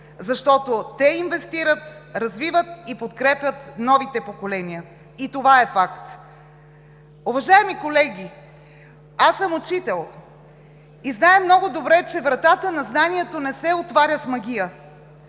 защото те инвестират, развиват и подкрепят новите поколения. И това е факт! Уважаеми колеги, аз съм учител и зная много добре, че вратата на знанието не се отваря с магия.